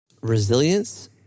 Resilience